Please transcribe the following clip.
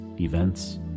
events